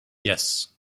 yes